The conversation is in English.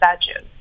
statues